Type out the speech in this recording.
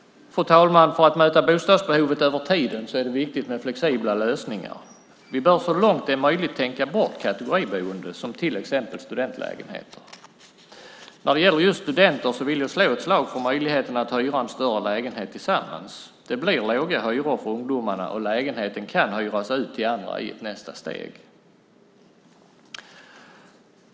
Fru talman! För att möta bostadsbehovet över tiden är det viktigt med flexibla lösningar. Vi bör så långt det är möjligt tänka bort kategoriboende som till exempel studentlägenheter. När det gäller just studenter vill jag slå ett slag för möjligheten att hyra en större lägenhet tillsammans. Det blir låga hyror för ungdomarna, och lägenheten kan hyras ut till andra i nästa steg.